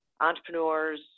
entrepreneurs